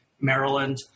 Maryland